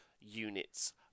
units